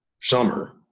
summer